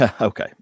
Okay